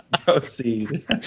Proceed